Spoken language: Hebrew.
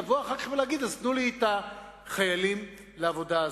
אי-אפשר אחר כך לבוא ולהגיד: תנו לי את החיילים לעבודה הזאת.